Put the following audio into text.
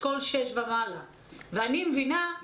ככל שהזמן עבר המענקים וגם ההלוואות נפתחו וזה מאוד מסודר -- דבורה,